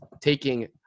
taking